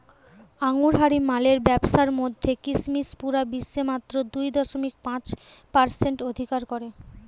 আঙুরহারি মালের ব্যাবসার মধ্যে কিসমিস পুরা বিশ্বে মাত্র দুই দশমিক পাঁচ পারসেন্ট অধিকার করে